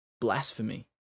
blasphemy